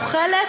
הוא חלק,